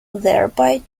thereby